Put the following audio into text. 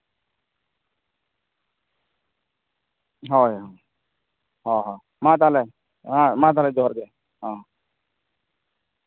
ᱦᱳᱭ ᱦᱮᱸ ᱦᱮᱸ ᱢᱟ ᱛᱟᱦᱚᱞᱮ ᱦᱮᱸ ᱢᱟ ᱛᱟᱦᱚᱞᱮ ᱡᱚᱦᱟᱨ ᱜᱮ ᱦᱮᱸ